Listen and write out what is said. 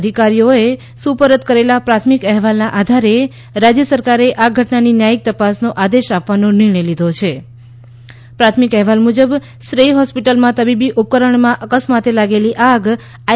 અધિકારીઓએ સુપરત કરેલા પ્રાથમિક અહેવાલના આધારે રાજ્ય સરકારે આ ઘટનાની ન્યાયિક તપાસનો આદેશ આપવાનો નિર્ણય લીધો છ પ્રાથમિક અહેવાલ મુજબ શ્રેય હોસ્પિટલમાં તબીબી ઉપકરણમાં અકસ્માતે લાગેલી આગ આઈ